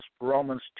Romans